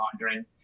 laundering